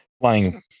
flying